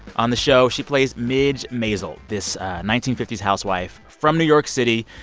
on the show, she plays midge maisel, this nineteen fifty s housewife from new york city.